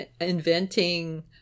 inventing